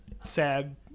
sad